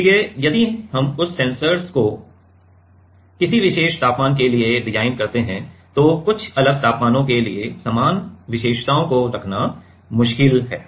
इसलिए यदि हम उस सेंसर को किसी विशेष तापमान के लिए डिज़ाइन करते हैं तो कुछ अलग तापमानों के लिए समान विशेषताओं को रखना मुश्किल है